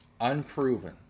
unproven